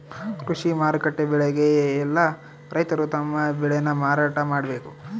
ಕೃಷಿ ಮಾರುಕಟ್ಟೆ ಬೆಲೆಗೆ ಯೆಲ್ಲ ರೈತರು ತಮ್ಮ ಬೆಳೆ ನ ಮಾರಾಟ ಮಾಡ್ಬೇಕು